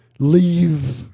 Leave